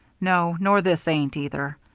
no, nor this ain't, either.